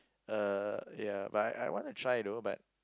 uh ya but I I wanna try though but